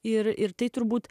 ir ir tai turbūt